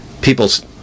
people's